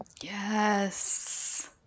Yes